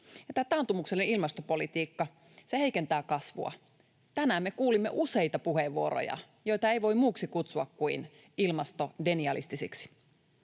tämä taantumuksellinen ilmastopolitiikka heikentää kasvua. Tänään me kuulimme useita puheenvuoroja, joita ei voi kutsua muuksi kuin ilmastodenialistisiksi.